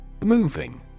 Moving